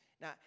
Now